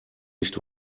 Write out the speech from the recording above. nicht